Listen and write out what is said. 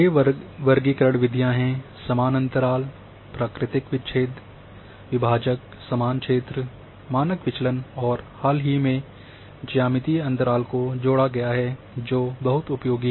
6 वर्गीकरण विधियां हैं समान अंतराल प्राकृतिक विच्छेद विभाजक समान क्षेत्र मानक विचलन और हाल ही में ज्यामितीय अंतराल को जोड़ा गया है जो है बहुत उपयोगी